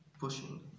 pushing